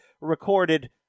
recorded